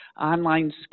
online